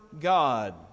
God